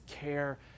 care